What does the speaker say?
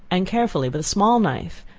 and carefully with a small knife,